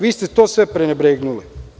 Vi ste to sve prenebregnuli.